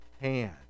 hand